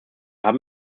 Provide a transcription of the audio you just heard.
haben